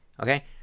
Okay